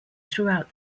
throughout